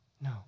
no